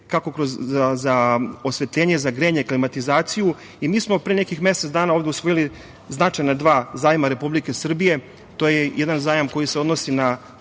kako za osvetljenje, za grejanje, klimatizaciju. Mi smo pre nekih mesec dana ovde usvojili značajna dva zajma Republike Srbije. Jedan zajam se odnosi na